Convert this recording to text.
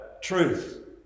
truth